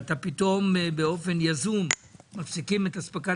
פתאום ובאופן יזום מפסיקים את אספקת